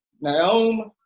Naomi